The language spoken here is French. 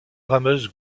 rameuse